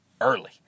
early